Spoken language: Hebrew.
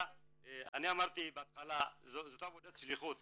אמרתי בהתחלה שזו עבודת שליחות.